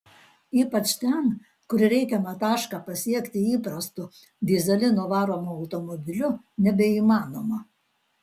ypač ten kur reikiamą tašką pasiekti įprastu dyzelinu varomu automobiliu nebeįmanoma